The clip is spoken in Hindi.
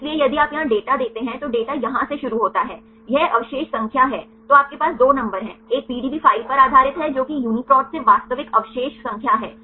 इसलिए यदि आप यहां डेटा देखते हैं तो डेटा यहां से शुरू होता है यह अवशेष संख्या है तो आपके पास दो नंबर है एक पीडीबी फ़ाइल पर आधारित है जो कि यूनीप्रोट से वास्तविक अवशेष संख्या है